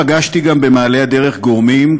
פגשתי במעלה הדרך גם גורמים,